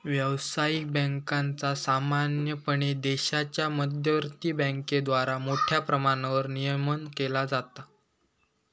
व्यावसायिक बँकांचा सामान्यपणे देशाच्या मध्यवर्ती बँकेद्वारा मोठ्या प्रमाणावर नियमन केला जाता